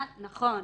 נכון.